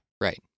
Right